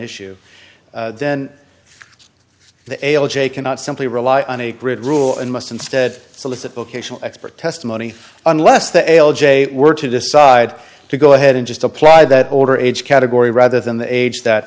issue the l j cannot simply rely on a grid rule and must instead solicit vocational expert testimony unless the l j were to decide to go ahead and just apply that older age category rather than the age that